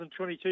2022